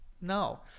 no